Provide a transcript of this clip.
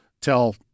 tell